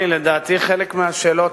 מכאן גם שלוחה תודתי,